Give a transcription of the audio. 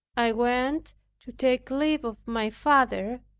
i went to take leave of my father,